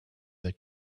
that